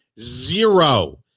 zero